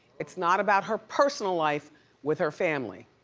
it's not about her personal life with her family.